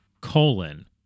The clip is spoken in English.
colon